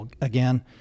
again